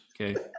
Okay